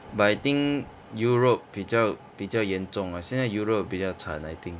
but I think europe 比较比较严重 ah 现在 europe 比较惨 I think